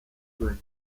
bacye